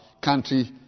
country